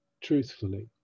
truthfully